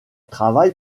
travaille